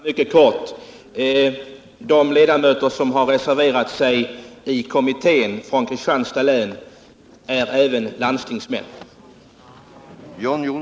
Herr talman! Mycket kort: De ledamöter från Kristianstads län som har reserverat sig i kommittén är även landstingsmän.